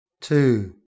two